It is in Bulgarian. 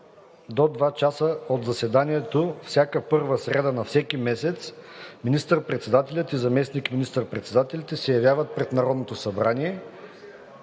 до два часа от заседанието всяка първа сряда на всеки месец министър-председателят и заместник министър-председателите се явяват пред Народното събрание